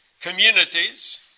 communities